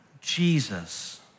Jesus